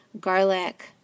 garlic